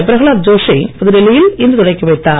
பிரகலாத் ஜோஷி புதுடில்லியில் இன்று தொடக்கி வைத்தார்